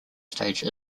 stage